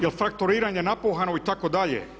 Jel fakturiranje napuhano itd.